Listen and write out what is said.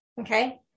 Okay